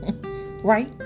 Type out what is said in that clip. Right